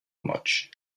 much